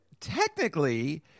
technically